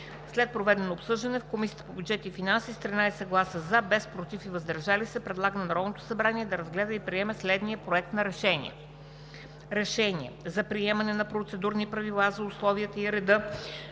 След проведеното обсъждане в Комисията по бюджет и финанси с 13 гласа „за“, без „против“ и „въздържал се“ предлага на Народното събрание да разгледа и приеме следния: „Проект! РЕШЕНИЕ за приемане на процедурни правила за условията и реда